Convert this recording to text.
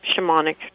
shamanic